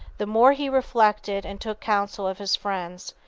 the more he reflected and took counsel of his friends,